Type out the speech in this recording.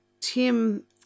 Tim